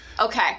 Okay